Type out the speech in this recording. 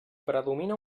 predomina